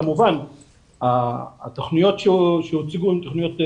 כמובן התוכניות שהוצגו הן תוכניות מבורכות,